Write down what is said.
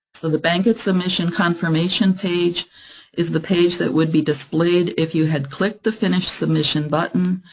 the the bankit submission confirmation page is the page that would be displayed if you had clicked the finish submission button,